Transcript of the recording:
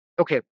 Okay